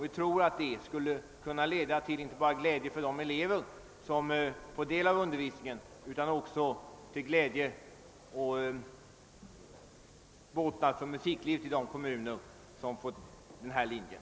Vi tror att denna utbildningslinje skulle vara inte bara till glädje för de elever som får del av undervisningen utan också till båtnad för musiklivet i de kommuner som får starta undervisningen.